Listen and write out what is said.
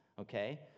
okay